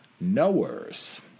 knowers